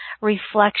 reflection